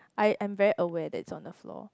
I am very aware that it's on the floor